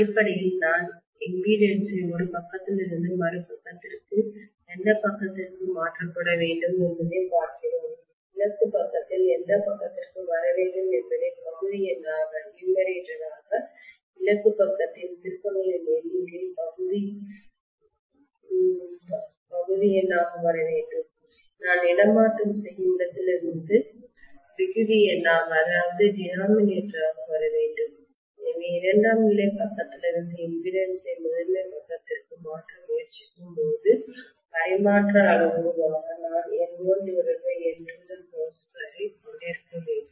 அடிப்படையில் நாம் இம்பிடிடன்ஸ் ஐ ஒரு பக்கத்திலிருந்து மறுபக்கத்திற்கு எந்த பக்கத்திற்கு மாற்றப்பட வேண்டும் என்பதைப் பார்க்கிறோம் இலக்கு பக்கத்தில் எந்த பக்கத்திற்கு வர வேண்டும் என்பதை பகுதி எண்ணாக நியூமரேட்டர் இலக்கு பக்கத்தின் திருப்பங்களின் எண்ணிக்கை பகுதி எண்ணாக நியூமரேட்டர் வர வேண்டும் நான் இடமாற்றம் செய்யும் இடத்திலிருந்து விகுதி எண்ணாக டினாமிநேட்டர் வர வேண்டும் எனவே இரண்டாம் நிலை பக்கத்திலிருந்து இம்பிடிடன்ஸ் ஐ முதன்மை பக்கத்திற்கு மாற்ற முயற்சிக்கும்போது பரிமாற்ற அளவுருவாக நான் N1N22ஐ கொண்டிருக்க வேண்டும்